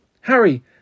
Harry